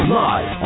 live